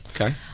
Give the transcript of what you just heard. Okay